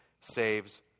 saves